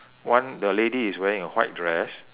one the lady is wearing a white dress